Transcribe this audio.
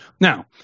Now